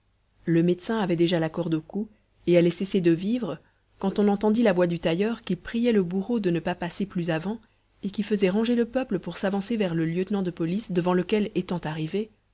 le médecin avait déjà la corde au cou et allait cesser de vivre quand on entendit la voix du tailleur qui priait le bourreau de ne pas passer plus avant et qui faisait ranger le peuple pour s'avancer vers le lieutenant de police devant lequel étant arrivé